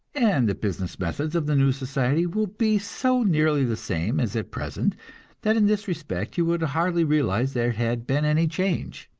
and the business methods of the new society will be so nearly the same as at present that in this respect you would hardly realize there had been any change.